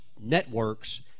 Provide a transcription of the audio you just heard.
networks